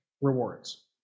rewards